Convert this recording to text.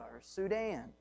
Sudan